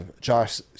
Josh